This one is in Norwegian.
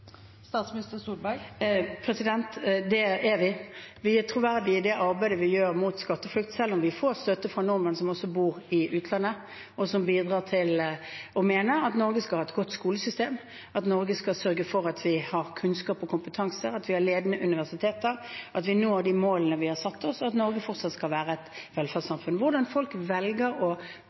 Det er vi. Vi er troverdige i det arbeidet vi gjør mot skatteflukt, selv om vi får støtte fra nordmenn som bor i utlandet, og som bidrar til å mene at Norge skal ha et godt skolesystem, at Norge skal sørge for at vi har kunnskap og kompetanse, at vi har ledende universiteter, at vi når de målene vi har satt oss, at Norge fortsatt skal være et velferdssamfunn. Hvordan folk velger å